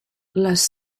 les